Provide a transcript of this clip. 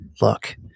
look